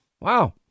Wow